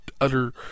utter